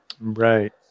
Right